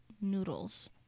noodles